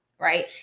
right